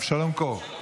אבשלום קור.